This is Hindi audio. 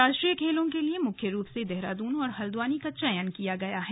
राष्ट्रीय खेलों के लिए मुख्य रूप से देहरादनू और हल्द्वानी का चयन किया गया है